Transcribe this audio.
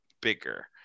Bigger